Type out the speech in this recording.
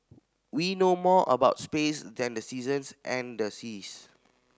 we know more about space than the seasons and the seas